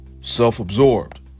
self-absorbed